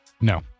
No